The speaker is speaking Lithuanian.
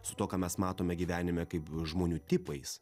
su tuo ką mes matome gyvenime kaip žmonių tipais